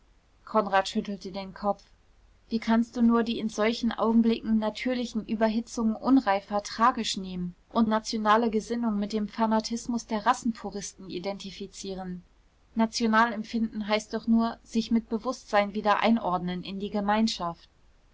konrad schüttelte den kopf wie kannst du nur die in solchen augenblicken natürlichen überhitzungen unreifer tragisch nehmen und nationale gesinnung mit dem fanatismus der rassenpuristen identifizieren national empfinden heißt doch nur sich mit bewußtsein wieder einordnen in die gemeinschaft